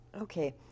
Okay